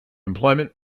employment